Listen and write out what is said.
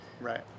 right